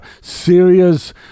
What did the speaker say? serious